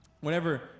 whenever